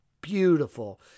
beautiful